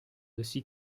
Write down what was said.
aussi